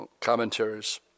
commentaries